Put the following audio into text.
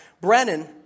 Brennan